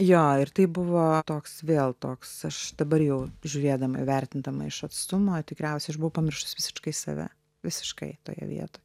jo ir tai buvo toks vėl toks aš dabar jau žiūrėdama įvertindama iš atstumo tikriausiai aš buvau pamiršusi visiškai save visiškai toje vietoj